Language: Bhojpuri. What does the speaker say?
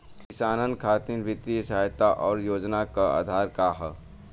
किसानन खातिर वित्तीय सहायता और योजना क आधार का ह?